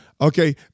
Okay